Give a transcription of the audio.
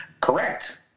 Correct